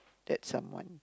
that someone